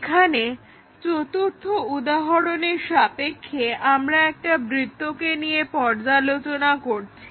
এখানে চতুর্থ উদাহরণের সাপেক্ষে আমরা একটা বৃত্তকে নিয়ে পর্যালোচনা করছি